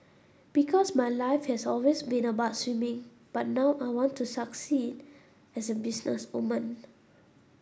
because my life has always been about swimming but now I want to succeed as a businesswoman